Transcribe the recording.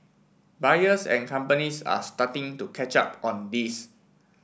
buyers and companies are starting to catch up on this